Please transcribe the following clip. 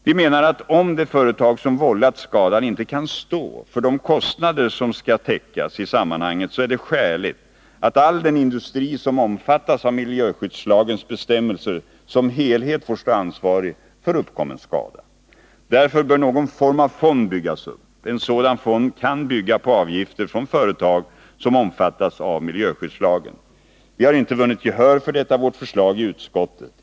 Vi menar att om det företag som vållat skadan inte kan stå för de kostnader som skall täckas i sammanhanget, är det skäligt att all den industri som omfattas av miljöskyddslagens bestämmelser som helhet får stå ansvarig för uppkommen skada. Därför bör någon form av fond byggas upp. En sådan fond kan bygga på avgifter från företag som omfattas av miljöskyddslagen. Vi har inte vunnit gehör för detta vårt förslag i utskottet.